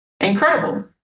Incredible